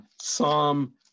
Psalm